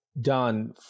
done